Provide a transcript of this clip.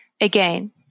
Again